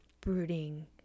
brooding